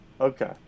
Okay